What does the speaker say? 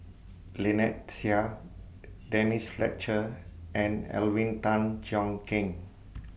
Lynnette Seah Denise Fletcher and Alvin Tan Cheong Kheng